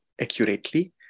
accurately